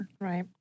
Right